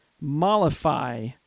mollify